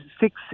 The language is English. six